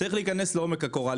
צריך להיכנס לעובי הקורה,